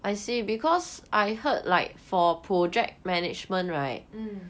mm